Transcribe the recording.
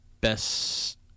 best